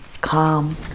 calm